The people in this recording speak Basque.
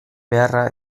beharra